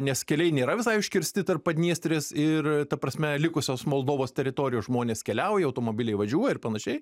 nes keliai nėra visai užkirsti tarp padniestrės ir ta prasme likusios moldovos teritorijos žmonės keliauja automobiliai važiuoja ir panašiai